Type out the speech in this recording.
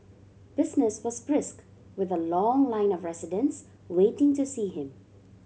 business was brisk with a long line of residents waiting to see him